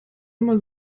nummer